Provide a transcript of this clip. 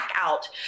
out